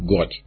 God